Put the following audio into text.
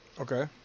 Okay